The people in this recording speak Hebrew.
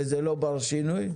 וזה לא בר שינוי?